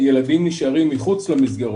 הילד בנושא תקנות הפיקוח על מעונות יום לפעוטות,